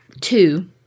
Two